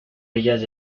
ellas